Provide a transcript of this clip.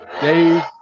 Dave